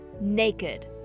naked